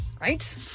Right